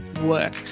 work